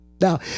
Now